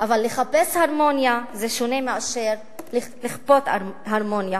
אבל לחפש הרמוניה זה שונה מאשר לכפות הרמוניה,